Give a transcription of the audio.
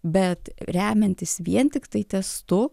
bet remiantis vien tiktai testu